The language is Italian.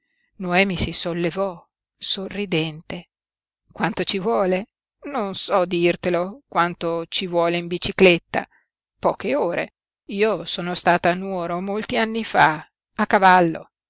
noemi si sollevò sorridente quanto ci vuole non so dirtelo quanto ci vuole in bicicletta poche ore io sono stata a nuoro molti anni fa a cavallo